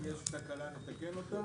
אם יש תקלה נתקן אותה.